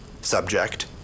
Subject